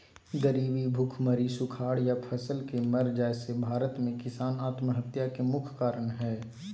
गरीबी, भुखमरी, सुखाड़ या फसल के मर जाय से भारत में किसान आत्महत्या के मुख्य कारण हय